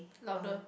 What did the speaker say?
louder